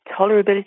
tolerability